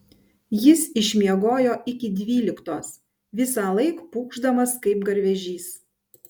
jis išmiegojo iki dvyliktos visąlaik pūkšdamas kaip garvežys